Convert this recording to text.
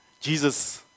Jesus